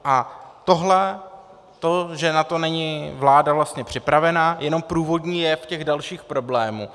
A tohle, to že na to není vláda vlastně připravena, je jenom průvodní jev těch dalších problémů.